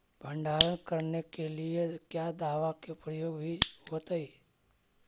भंडारन करने के लिय क्या दाबा के प्रयोग भी होयतय?